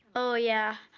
oh yeah,